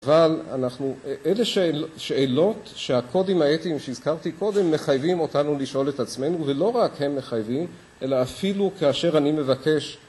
אבל אנחנו, אלה שאלות שהקודים האתיים שהזכרתי קודם, מחייבים אותנו לשאול את עצמנו, ולא רק הם מחייבים, אלא אפילו כאשר אני מבקש